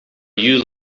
you